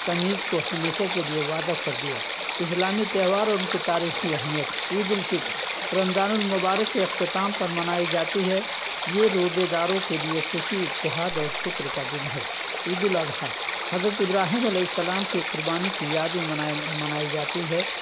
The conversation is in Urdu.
تمیز کو ہمیشہ کے لیے وعدہ کر دیا اسلامی تہوار اور ان کی تاریخی اہمیت عید الفطر رمضان المبارک کے اختتام پر منائی جاتی ہے یہ روضے داروں کے لیے خوشی اتحاد اور شکر کا دن ہے عید الاضحی حضرت ابراہیم علیہ السلام کی قربانی کی یاد میں منائی جاتی ہے